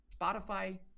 Spotify